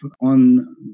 on